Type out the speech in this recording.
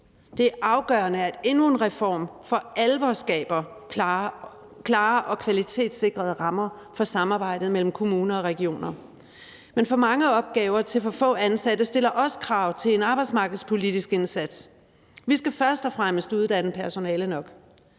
Det er afgørende, at endnu en reform for alvor skaber klare og kvalitetssikrede rammer for samarbejdet mellem kommuner og regioner. Men for mange opgaver til for få ansatte stiller også krav til en arbejdsmarkedspolitisk indsats. Vi skal først og fremmest uddanne personale nok,